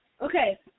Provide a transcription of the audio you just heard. Okay